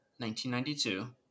1992